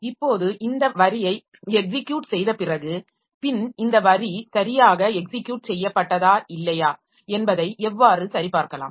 இப்போது இந்த வரியை எக்ஸிக்யூட் செய்தபிறகு பின் இந்த வரி சரியாக எக்ஸிக்யூட் செய்யப்பட்டதா இல்லையா என்பதை எவ்வாறு சரிபார்க்கலாம்